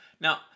Now